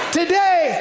today